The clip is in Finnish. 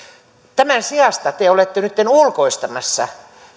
tämän sijasta te olette nytten ulkoistamassa